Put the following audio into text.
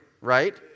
right